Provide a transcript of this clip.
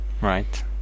right